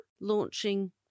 launching